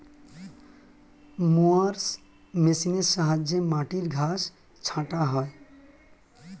mowers মেশিনের সাহায্যে মাটির ঘাস ছাঁটা হয়